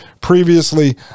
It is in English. previously